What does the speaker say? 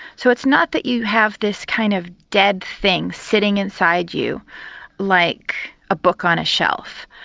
so it's not that you have this kind of dead thing sitting inside you like a book on a shelf,